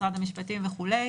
משרד המשפטים וכו'